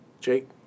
Jake